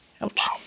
Ouch